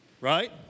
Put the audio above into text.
right